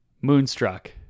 Moonstruck